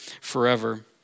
forever